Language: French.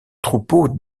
troupeau